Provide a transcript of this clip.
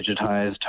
digitized